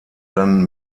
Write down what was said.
dann